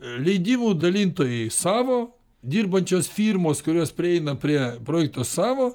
leidimų dalintojai savo dirbančios firmos kurios prieina prie projekto savo